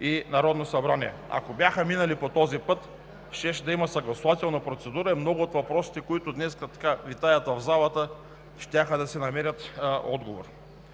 и Народното събрание? Ако бяха минали по този път, щеше да има съгласувателна процедура и много от въпросите, които днес витаят в залата, щяха да намерят отговор.